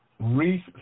Reese